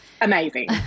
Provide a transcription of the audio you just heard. amazing